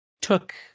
took